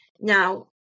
now